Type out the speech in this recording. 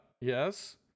Yes